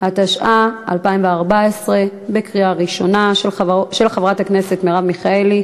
הצעת החוק תועבר להכנה לקריאה שנייה ושלישית בוועדת החוקה,